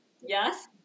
yes